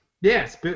Yes